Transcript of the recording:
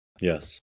Yes